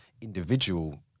individual